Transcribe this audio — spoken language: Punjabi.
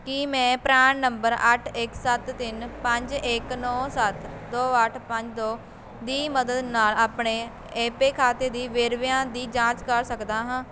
ਕੀ ਮੈਂ ਪਰਾਨ ਨੰਬਰ ਅੱਠ ਇੱਕ ਸੱਤ ਤਿੰਨ ਪੰਜ ਇੱਕ ਨੌ ਸੱਤ ਦੋ ਅੱਠ ਪੰਜ ਦੋ ਦੀ ਮਦਦ ਨਾਲ ਆਪਣੇ ਏਪੇ ਖਾਤੇ ਦੀ ਵੇਰਵਿਆਂ ਦੀ ਜਾਂਚ ਕਰ ਸਕਦਾ ਹਾਂ